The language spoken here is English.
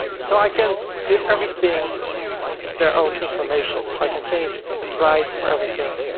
so i can give everything their own information. so i can change the price for everything.